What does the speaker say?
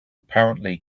apparently